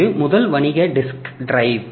இது முதல் வணிக டிஸ்க் டிரைவ்